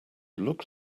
look